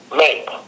make